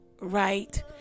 right